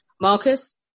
Marcus